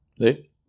Right